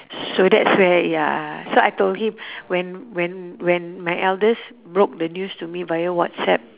so that's where ya so I told him when when when my eldest broke the news to me via WhatsApp